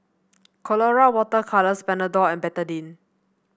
Colora Water Colours Panadol and Betadine